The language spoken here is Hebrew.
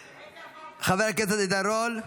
חבר הכנסת עידן רול,